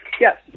Yes